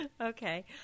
Okay